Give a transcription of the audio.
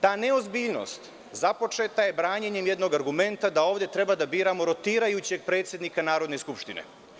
Ta neozbiljnost započeta je branjenjem jednog argumenta da ovde treba da biramo rotirajućeg predsednika Narodne skupštine.